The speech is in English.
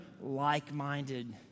like-minded